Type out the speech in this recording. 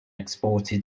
exported